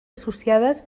associades